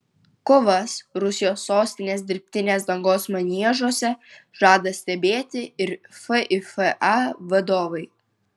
kovas rusijos sostinės dirbtinės dangos maniežuose žada stebėti ir fifa vadovai